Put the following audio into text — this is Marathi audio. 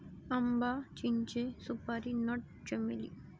आंबा, चिंचे, सुपारी नट, चमेली